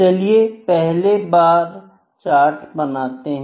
चलिए पहले bar chart बनाते हैं